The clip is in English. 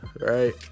right